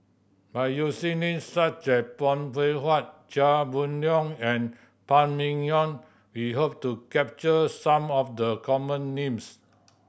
by using names such as Phay Seng Whatt Chia Boon Leong and Phan Ming Yen we hope to capture some of the common names